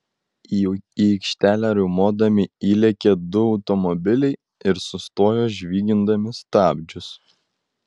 į aikštelę riaumodami įlėkė du automobiliai ir sustojo žvygindami stabdžius